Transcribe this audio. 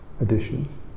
additions